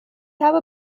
habe